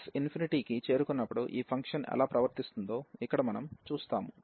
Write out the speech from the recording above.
x ఇన్ఫినిటీకి చేరుకున్నప్పుడు ఈ ఫంక్షన్ ఎలా ప్రవర్తిస్తుందో ఇక్కడ మనం చూస్తాము